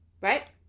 right